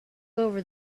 over